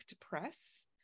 Press